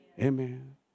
Amen